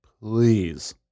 please